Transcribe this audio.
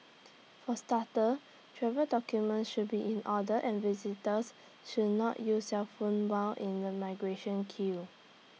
for starters travel documents should be in order and visitors should not use cellphones while in the migration queue